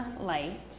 light